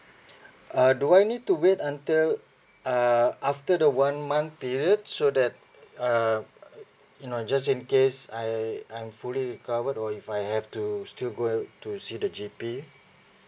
uh do I need to wait until uh after the one month period so that uh you know just in case I I'm fully recover or if I have to still go to see the G_P